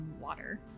water